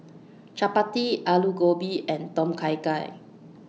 Chapati Alu Gobi and Tom Kha Gai